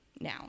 Now